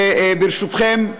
ברשותכם,